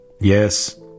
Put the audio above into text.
Yes